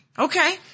Okay